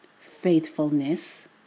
faithfulness